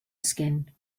skin